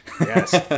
Yes